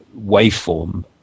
waveform